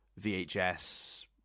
VHS